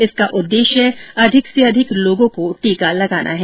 इसका उद्देश्य अधिक से अधिक लोगों को टीका लगाना है